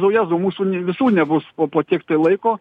nu jėzau mūsų visų nebus o po tiek tai laiko